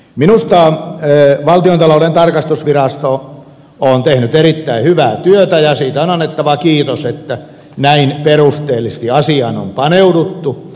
minusta valtiontalouden tarkastusvirasto on tehnyt erittäin hyvää työtä ja siitä on annettava kiitos että näin perusteellisesti asiaan on paneuduttu